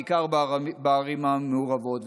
בעיקר בערים המעורבות.